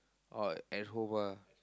or at home ah